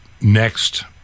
next